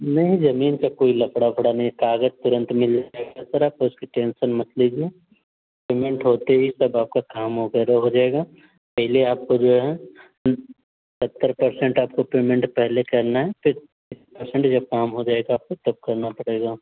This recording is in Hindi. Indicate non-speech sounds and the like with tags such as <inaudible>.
नहीं ज़मीन का कोई लफड़ा ओफड़ा नहीं कागज़ तुरंत मिल जाएगा सर आप उसकी टेंसन मत लीजिए पेमेंट होते ही सब आपका काम वगैरह हो जायेगा पहले आपको जो है सत्तर परसेंट आपको पेमेंट पहले करना है फिर <unintelligible> परसेंट जब काम हो जाएगा आपको तब करना पड़ेगा